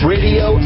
Radio